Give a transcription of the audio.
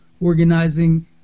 organizing